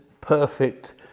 perfect